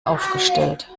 aufgestellt